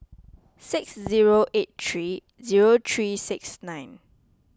six zero eight three zero three six nine